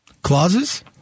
Clauses